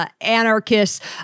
anarchists